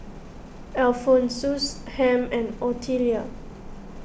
Alphonsus Ham and Otelia